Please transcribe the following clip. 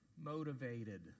motivated